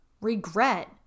regret